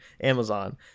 Amazon